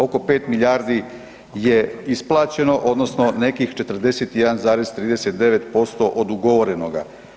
Oko 5 milijardi je isplaćeno odnosno nekih 41,39% od ugovorenoga.